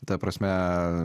ta prasme